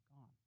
gone